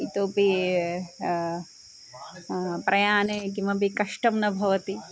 इतोऽपि प्रयाणे किमपि कष्टं न भवति